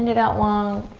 and out long.